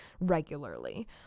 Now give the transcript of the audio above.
regularly